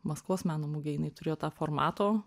maskvos meno mugėj jinai turėjo tą formato